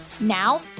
Now